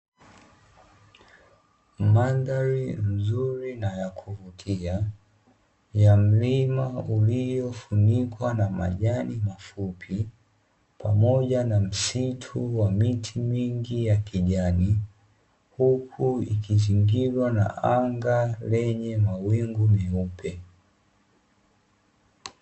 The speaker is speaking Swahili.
Mandhari nzuri ya kuvutia, ya mlima uliofunikwa na majani mafupi pamoja na msitu wa miti mingi ya kijani, huku ikizingirwa na anga lenye mawingu meupe.